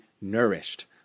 nourished